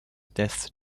deaths